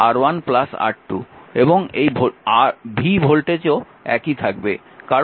এবং এই v ভোল্টেজও একই থাকবে